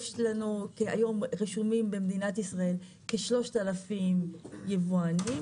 היום רשומים במדינת ישראל כ-3,000 יבואנים.